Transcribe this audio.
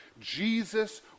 Jesus